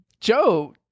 Joe